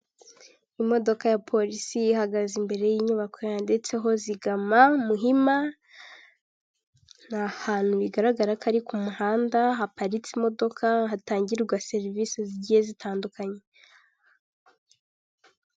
Imodoka ya polisi ihagaze imbere y'inyubako yanditseho zigama Muhima, ni ahantu bigaragara ko ari ku muhanda haparitse imodoka, hatangirwa serivisi zigiye zitandukanye.